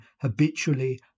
habitually